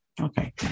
Okay